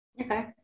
Okay